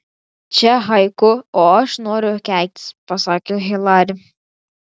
čia haiku o aš noriu keiktis pasakė hilari